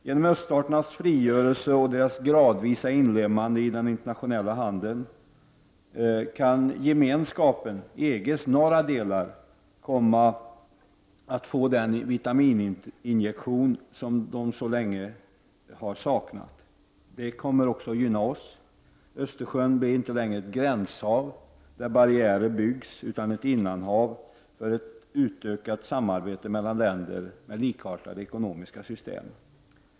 Genom öststaternas frigörelse och deras gradvisa inlemmande i den internationella handeln kan EG:s norra delar komma att få den vitamininjektion som de så länge har saknat. Det kommer också att gynna oss. Östersjön blir inte längre ett gränshav där barriärer byggs, utan ett innanhav för ett utökat samarbete mellan länder med likartade ekonomiska system.